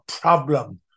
problem